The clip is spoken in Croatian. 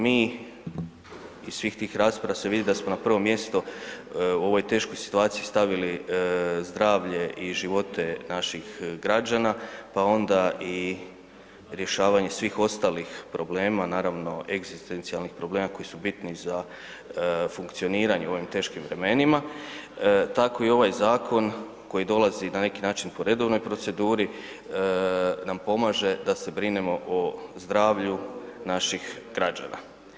Mi, iz svih tih rasprava se vidi da smo na prvo mjesto u ovoj teškoj situaciji stavili zdravlje i živote naših građana pa onda i rješavanje svih ostalih problema, naravno, egzistencijalnih problema koji su bitni za funkcioniranje u ovim teškim vremenima, tako i ovaj zakon koji dolazi na neki način, po redovnoj proceduri, nam pomaže da se brinemo o zdravlju naših građana.